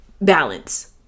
balance